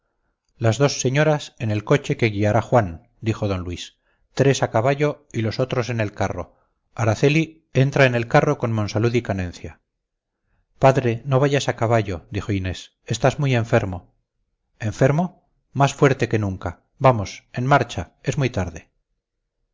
las dos señoras en el coche que guiará juan dijo d luis tres a caballo y los otros en el carro araceli entra en el carro con monsalud y canencia padre no vayas a caballo dijo inés estás muy enfermo enfermo más fuerte que nunca vamos en marcha es muy tarde